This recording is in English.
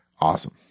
Awesome